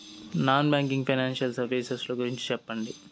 Non banking financial services ల గురించి సెప్పండి?